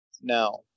Now